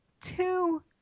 two